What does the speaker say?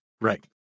Right